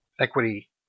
equity